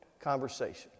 conversation